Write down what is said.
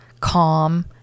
calm